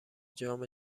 جام